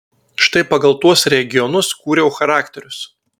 štai pagal tuos regionus kūriau charakterius